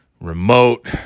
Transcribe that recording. remote